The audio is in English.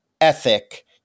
ethic